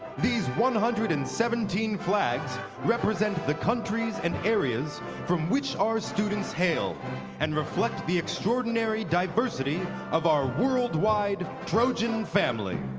these one hundred and seventeen flags represent the countries and areas from which our students hail and reflect the extraordinary diversity of our worldwide trojan family.